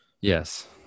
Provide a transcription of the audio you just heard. yes